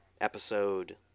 Episode